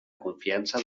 confiança